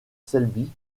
selby